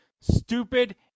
stupid